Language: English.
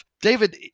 David